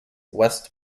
west